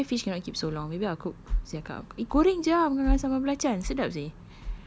ya but anyway fish cannot keep so long maybe I'll cook siakap eh goreng jer ah dengan sambal belacan sedap seh